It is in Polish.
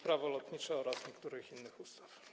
Prawo lotnicze oraz niektórych innych ustaw.